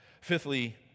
Fifthly